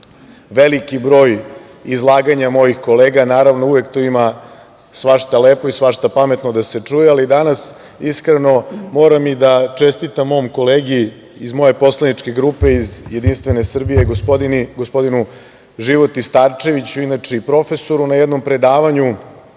veliki broj izlaganja mojih kolega. Naravno, uvek tu ima svašta lepo i svašta pametno da se čuje. Danas, iskreno, moram i da čestitam mom kolegi iz moje poslaničke grupe, iz JS, gospodinu Životi Starčeviću, inače i profesoru, na jednom predavanju,